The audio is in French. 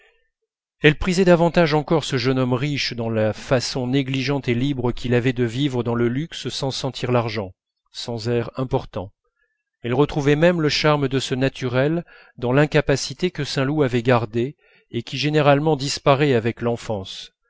elle prisait davantage encore ce jeune homme riche dans la façon négligente et libre qu'il avait de vivre dans le luxe sans sentir l'argent sans airs importants elle retrouvait même le charme de ce naturel dans l'incapacité que saint loup avait gardée et qui généralement disparaît avec l'enfance